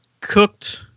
cooked